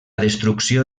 destrucció